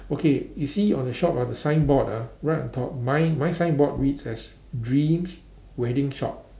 okay you see on the shop ah the signboard ah right on top mine my signboard reads as dreams wedding shop